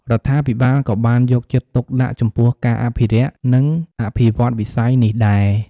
រដ្ឋាភិបាលក៏បានយកចិត្តទុកដាក់ចំពោះការអភិរក្សនិងអភិវឌ្ឍន៍វិស័យនេះដែរ។